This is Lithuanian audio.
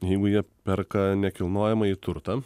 jeigu jie perka nekilnojamąjį turtą